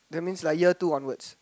that means like year two onwards